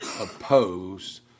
opposed